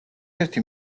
ერთი